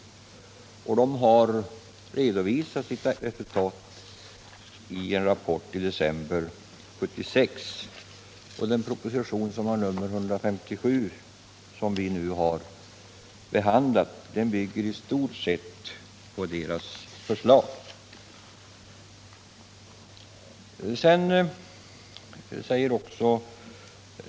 Arbetsgruppen har redovisat resultatet av sitt arbete i en rapport som lämnades i december 1976, och propositionen 1976/77:157, som vi nu har behandlat, bygger i stort sett på arbetsgruppens förslag.